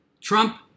Trump